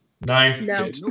No